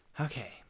Okay